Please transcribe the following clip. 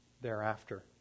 thereafter